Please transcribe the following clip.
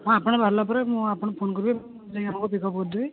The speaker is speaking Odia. ହଁ ଆପଣ ବାହାରିଲା ପରେ ମୁଁ ଆପଣ ଫୋନ୍ କରିବେ ମୁଁ ଯାଇଁକି ଆପଣଙ୍କୁ ପିକଅପ୍ କରିଦେବି